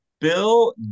Bill